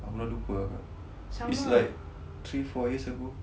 aku dah lupa apa it's like three four years ago